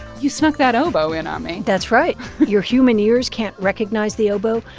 you snuck that oboe in on me that's right your human ears can't recognize the oboe,